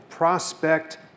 prospect